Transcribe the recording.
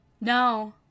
No